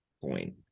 point